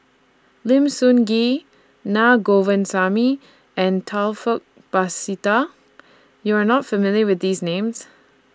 Lim Sun Gee Naa Govindasamy and Taufik Batisah YOU Are not familiar with These Names